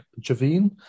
Javine